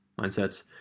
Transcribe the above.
mindsets